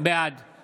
בעד אורית מלכה